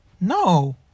no